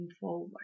forward